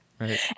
right